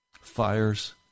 fires